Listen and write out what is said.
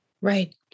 right